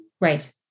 right